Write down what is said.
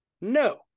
No